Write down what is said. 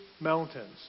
mountains